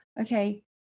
okay